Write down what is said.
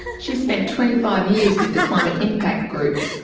she spent twenty five years with the climate impact group,